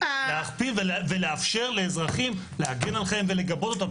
להכפיל ולאפשר לאזרחים להגן על חייהם ולגבות אותם.